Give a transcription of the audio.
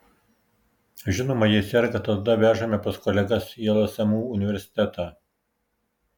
žinoma jei serga tada vežame pas kolegas į lsmu universitetą